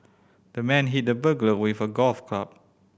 the man hit the burglar with a golf club